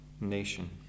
nation